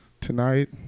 tonight